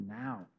now